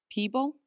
People